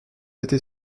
était